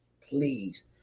please